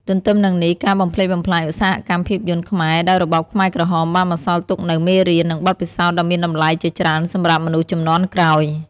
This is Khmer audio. ទន្ទឹមនឹងនេះការបំផ្លិចបំផ្លាញឧស្សាហកម្មភាពយន្តខ្មែរដោយរបបខ្មែរក្រហមបានបន្សល់ទុកនូវមេរៀន និងបទពិសោធន៍ដ៏មានតម្លៃជាច្រើនសម្រាប់មនុស្សជំនាន់ក្រោយ។